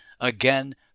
Again